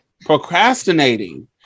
procrastinating